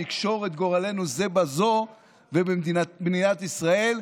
נקשור את גורלנו זה בזו ובמדינת ישראל.